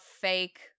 fake